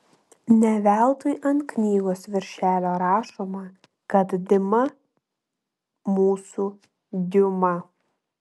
ne veltui ant knygos virželio rašoma kad dima mūsų diuma